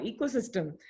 ecosystem